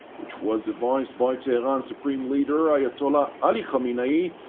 which was devised by tehran's supreme leader ayatollah ali khamenei,